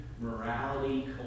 morality